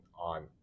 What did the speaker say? on